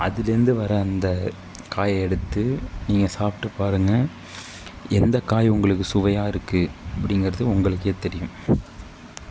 அதிலேந்து வர்ற அந்த காயை எடுத்து நீங்கள் சாப்பிட்டு பாருங்கள் எந்த காய் உங்களுக்கு சுவையாக இருக்கு அப்படிங்குறது உங்களுக்கு தெரியும்